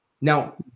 Now